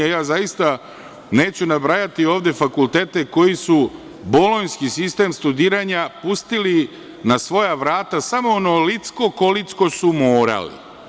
Ja zaista neću nabrajati ovde fakultete koji su Bolonjski sistem studiranja pustili na svoja vrata samo onolicko kolicko su morali.